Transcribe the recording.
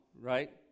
right